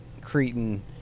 Cretan